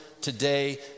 today